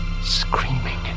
screaming